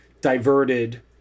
diverted